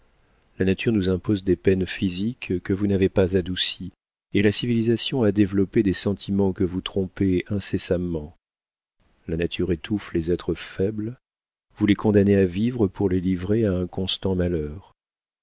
la nature nous impose des peines physiques que vous n'avez pas adoucies et la civilisation a développé des sentiments que vous trompez incessamment la nature étouffe les êtres faibles vous les condamnez à vivre pour les livrer à un constant malheur